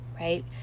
right